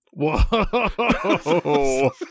Whoa